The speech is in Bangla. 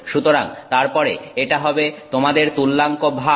সুতরাং তারপরে এটা হবে তোমাদের তুল্যাঙ্ক ভার